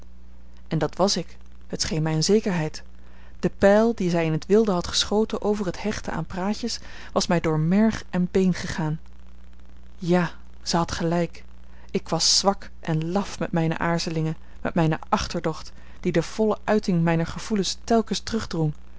en dat was ik het scheen mij eene zekerheid de pijl die zij in t wilde had geschoten over het hechten aan praatjes was mij door merg en been gegaan ja zij had gelijk ik was zwak en laf met mijne aarzelingen met mijn achterdocht die de volle uiting mijner gevoelens telkens terugdrong